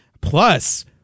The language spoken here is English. Plus